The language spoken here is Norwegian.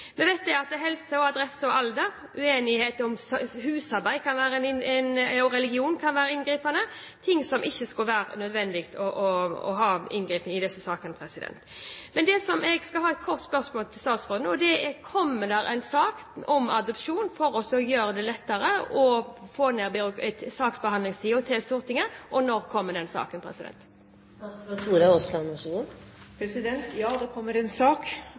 Vi vet at helse, adresse og alder, uenighet om husarbeid og religion kan være inngripende – ting som det ikke skulle være nødvendig at var inngripende i disse sakene. Jeg har to korte spørsmål til statsråden: Kommer det en sak til Stortinget om å få ned saksbehandlingstiden for adopsjon? Eventuelt når kommer den saken? Ja, det kommer en sak.